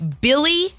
billy